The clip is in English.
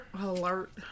alert